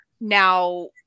Now